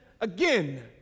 again